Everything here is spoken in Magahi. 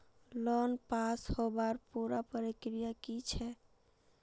लोन पास होबार पुरा प्रक्रिया की छे?